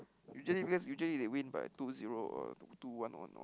usually because usually they win by two zero or two two one on on